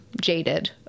jaded